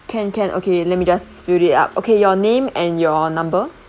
can can okay let me just fill it up okay your name and your number